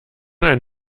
ein